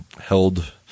held